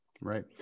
right